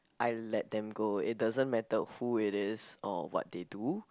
I let them go it doesn't matter who it is or what they do